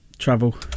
Travel